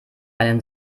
einen